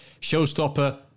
Showstopper